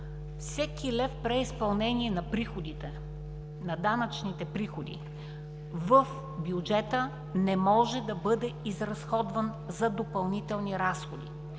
всеки лев преизпълнение на приходите, на данъчните приходи в бюджета не може да бъде изразходван за допълнителни разходи.